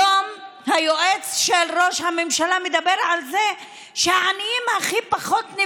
היום היועץ של ראש הממשלה מדבר על זה שהעניים נפגעו